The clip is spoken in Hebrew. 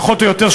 פחות או יותר,